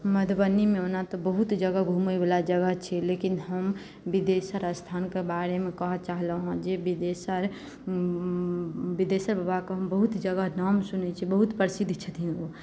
मधुबनीमे ओना तऽ बहुत जगह घुमै वाला जगह छै लेकिन हम बिदेश्वर स्थानके बारेमे कहऽ चाहलौं हन जे बिदेश्वर बिदेश्वर बाबा कऽ बहुत जगह नाम सुनै छियै बहुत प्रसिद्ध छथिन ओ